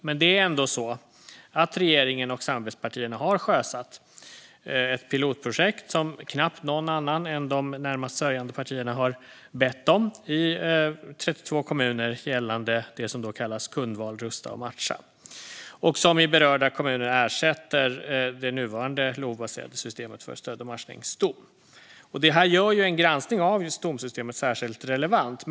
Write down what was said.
Men det är ändå så att regeringen och samarbetspartierna har sjösatt ett pilotprojekt, som knappt någon annan än de närmast sörjande partierna har bett om, i 32 kommuner gällande det som kallas Kundval rusta och matcha. I de berörda kommunerna ersätter det systemet det nuvarande LOV-baserade systemet Stöd och matchning, Stom. Det här gör en granskning av Stomsystemet särskilt relevant.